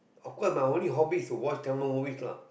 of course my only hobby is to watch Tamil movies lah